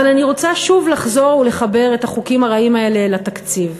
אבל אני רוצה שוב לחזור ולחבר את החוקים הרעים האלה אל התקציב,